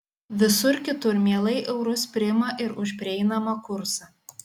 visur kitur mielai eurus priima ir už prieinamą kursą